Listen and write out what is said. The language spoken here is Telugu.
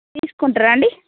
తీసుకుంటారా అండి